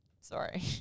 Sorry